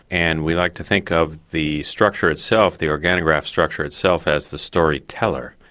and we like to think of the structure itself, the organograph structure itself as the storyteller,